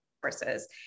courses